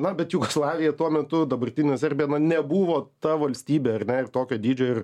na bet jugoslavija tuo metu dabartinė serbija na nebuvo ta valstybė ar ne ir tokio dydžio ir